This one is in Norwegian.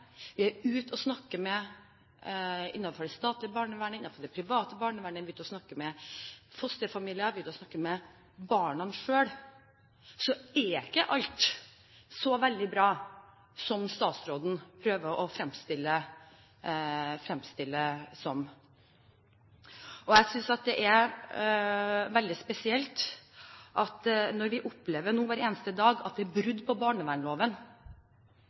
vi er ute og snakker med folk innenfor det statlige barnevernet og innenfor det private barnevernet, når vi snakker med fosterfamilier, og når vi snakker med barna selv, så er ikke alt så veldig bra som statsråden prøver å fremstille det som. Når vi opplever hver eneste dag at det er brudd på